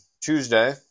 Tuesday